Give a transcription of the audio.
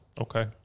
Okay